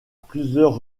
plusieurs